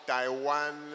Taiwan